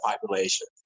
population